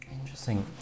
interesting